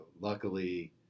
Luckily